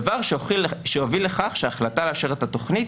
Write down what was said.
דבר שהוביל לכך שההחלטה לאשר את התוכנית